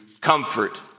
comfort